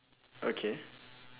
okay